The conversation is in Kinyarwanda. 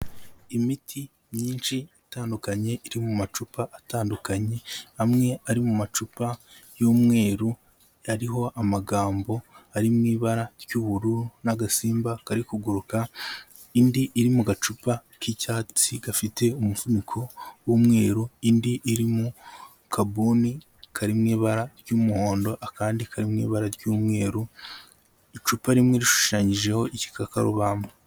Imiti myinshi itandukanye iri mu macupa atandukanye, amwe ari mu macupa y'umweru ariho amagambo ari mu ibara ry'ubururu n'agasimba kari kuguruka, indi iri mu gacupa k'icyatsi gafite umufuniko w'umweru, indi iri mu kabuni kari mu ibara ry'umuhondo, akandi kari mu ibara ry'umweru, icupa rimwe rishushanyijeho igikakarubamba.